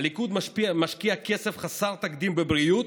הליכוד משקיע כסף חסר תקדים, בבריאות?